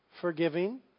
forgiving